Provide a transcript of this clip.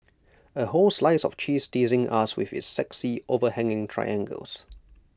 A whole slice of cheese teasing us with its sexy overhanging triangles